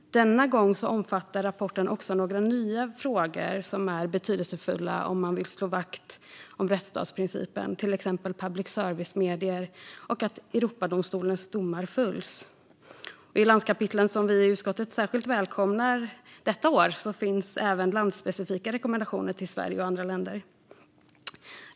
Denna gång omfattar rapporten även några nya frågor som är betydelsefulla om man vill slå vakt om rättsstatsprincipen, till exempel public service-medier och att Europadomstolens domar följs. I landskapitlen, som vi i utskottet särskilt välkomnar detta år, finns även landsspecifika rekommendationer till Sverige och andra länder.